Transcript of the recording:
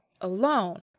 alone